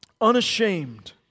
unashamed